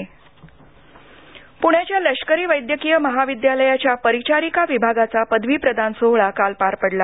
प्ण्याच्या लष्करी वैद्यकीय महाविद्यालयातल्या परिचारिका विभागाचा पदवी प्रदान सोहळा काल पार पडला